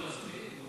התייעצתם